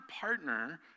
partner